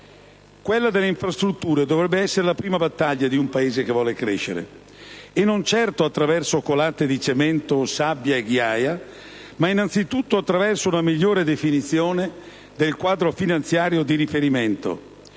Quella delle infrastrutture dovrebbe essere la prima battaglia di un Paese che vuole crescere, e non certo attraverso colate di cemento o sabbia e ghiaia, ma innanzitutto attraverso una migliore definizione del quadro finanziario di riferimento,